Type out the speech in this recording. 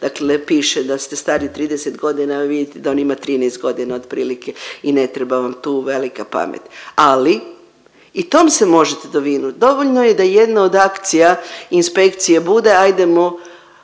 dakle piše da ste stari 30 godina, a vi vidite da on ima 13 godina otprilike i ne treba vam tu velika pamet ali i tom se možete dovinut. Dovoljno je da jedna od akcija inspekcije bude ajdemo